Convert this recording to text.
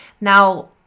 Now